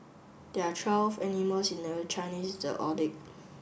there are twelve animals in the Chinese